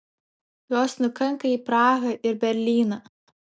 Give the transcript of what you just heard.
jos nukanka į prahą ir berlyną